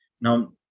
Now